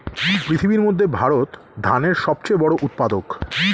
পৃথিবীর মধ্যে ভারত ধানের সবচেয়ে বড় উৎপাদক